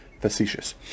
facetious